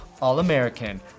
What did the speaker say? all-american